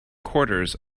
quarters